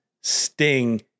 sting